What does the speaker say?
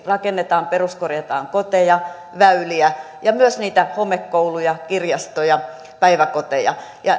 rakennetaan peruskorjataan koteja väyliä ja myös niitä homekouluja kirjastoja päiväkoteja